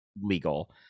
legal